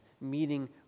meeting